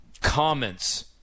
comments